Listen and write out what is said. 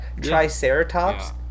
Triceratops